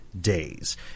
days